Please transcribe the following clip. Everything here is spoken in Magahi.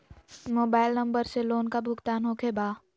मोबाइल नंबर से लोन का भुगतान होखे बा?